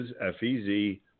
f-e-z